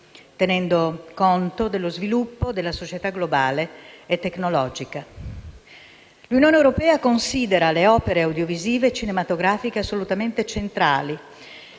tenendo conto dello sviluppo della società globale e tecnologica. L'Unione europea considera le opere audiovisive e cinematografiche assolutamente centrali,